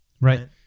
Right